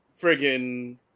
friggin